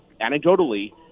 anecdotally